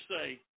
say